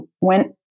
went